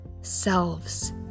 selves